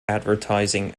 advertising